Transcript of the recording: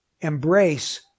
embrace